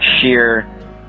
sheer